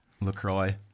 Lacroix